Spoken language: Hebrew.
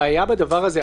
יש בעיה בדבר הזה.